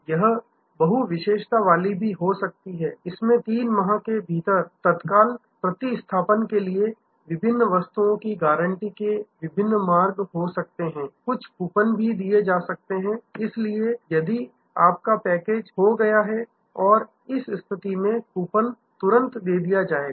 यह बहू विशेषता वाली भी हो सकती है इसमें 3 माह के भीतर तत्काल प्रतिस्थापन के लिए विभिन्न वस्तुओं की गारंटी के विभिन्न मार्ग हो सकते हैं कुछ कूपन भी दिए जा सकते हैं इसलिए यदि आपका पैकेज खो गया है और इस स्थिति में कूपन तुरंत दे दिया जाएगा